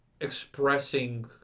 expressing